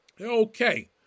Okay